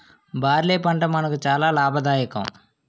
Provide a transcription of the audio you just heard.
barley పంట మనకు చాలా లాభదాయకం